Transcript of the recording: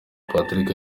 patrick